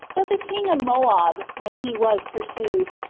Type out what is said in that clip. but the king of moab when he was pursued,